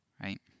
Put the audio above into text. right